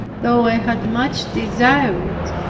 though i had much desired it,